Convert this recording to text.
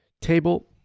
Table